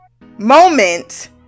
moment